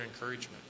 encouragement